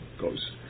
goes